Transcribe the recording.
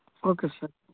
okay sir